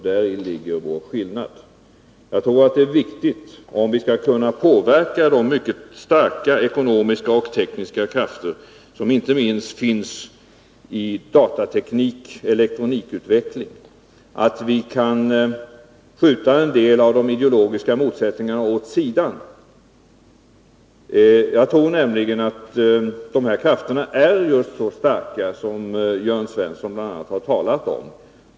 Däri ligger skillnaden mellan oss. För att vi skall kunna påverka de mycket starka ekonomiska och tekniska krafter som inte minst finns i datateknik och elektronikutveckling, tror jag att det är viktigt att vi kan skjuta en del av de ideologiska motsättningarna åt sidan. Jag tror nämligen att dessa krafter är just så starka som bl.a. Jörn Svensson har talat om.